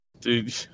Dude